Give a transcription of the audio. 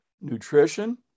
nutrition